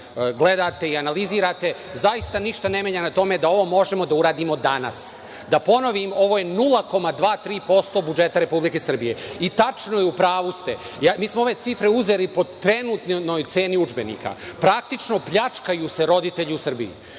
gledate i analizirate, zaista ništa ne menja da ovo možemo da uradimo danas, a ja da ponovim, ovo je 0,2-3% budžeta Republike Srbije. Tačno je, i u pravu ste. Mi smo ove cifre uzeli po trenutnoj ceni udžbenika. Praktično, pljačkaju se roditelji u Srbiji.